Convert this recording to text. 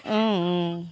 অঁ